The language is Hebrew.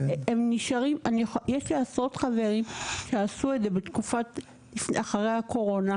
יש לי עשרות חברים שעשו את זה בתקופת אחרי הקורונה,